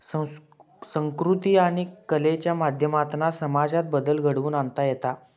संकृती आणि कलेच्या माध्यमातना समाजात बदल घडवुन आणता येता